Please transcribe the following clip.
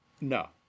No